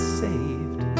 saved